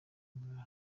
ndwara